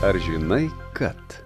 ar žinai kad